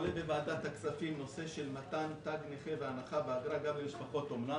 עולה בוועדת הכספים נושא של מתן תג נכה בהנחה באגרה גם למשפחות אומנה.